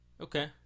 Okay